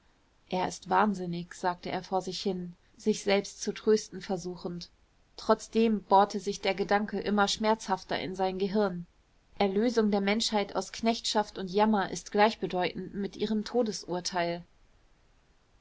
er ist wahnsinnig sagte er vor sich hin sich selbst zu trösten versuchend trotzdem bohrte sich der gedanke immer schmerzhafter in sein gehirn erlösung der menschheit aus knechtschaft und jammer ist gleichbedeutend mit ihrem todesurteil